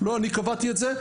לא אני קבעתי את זה,